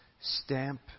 stamp